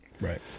Right